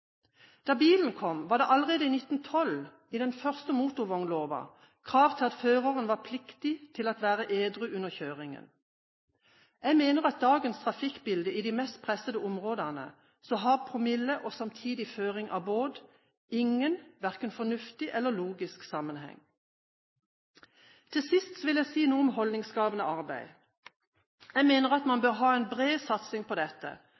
Da bilen kom, var det allerede i 1912, i den første motorvognloven, krav til at føreren «er under kjøring pligtig til at være ædru». Jeg mener at med dagens trafikkbilde i de mest pressede områder har promille og samtidig føring av båt ingen fornuftig eller logisk sammenheng. Til sist vil jeg si noe om holdningsskapende arbeid. Jeg mener at man bør ha en bred satsing på dette,